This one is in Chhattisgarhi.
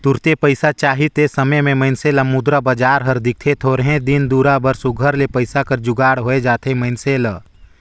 तुरते पइसा चाही ते समे में मइनसे ल मुद्रा बजार हर दिखथे थोरहें दिन दुरा बर सुग्घर ले पइसा कर जुगाड़ होए जाथे मइनसे ल